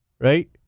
right